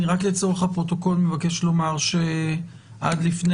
רק לצורך הפרוטוקול מבקש לומר שעד לפני